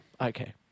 Okay